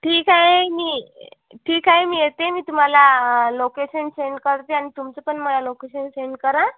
ठीक आहे मी ठीक आहे मी येते मी तुम्हाला लोकेशन सेंड करते आणि तुमचं पण मला लोकेशन सेंड करा